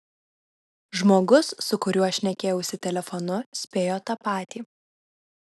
žmogus su kuriuo šnekėjausi telefonu spėjo tą patį